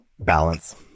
Balance